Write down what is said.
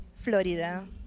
Florida